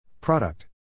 Product